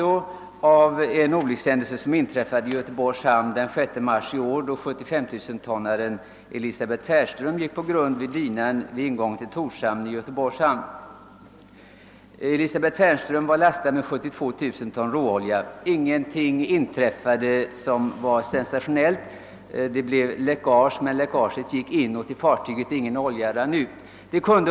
Ett annat exempel är den olyckshändelse som inträffade i Göteborgs hamn den 6 mars i år, då »Elisabeth Fernström» gick på grund vid Dynan på ingång till Torshamn i Göteborgs hamn. Den var lastad med 72 000 ton råolja. Ingenting sensationellt inträffade det blev ett läckage, men det gick inåt i fartyget och ingen olja rann ut.